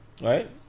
right